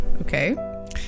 Okay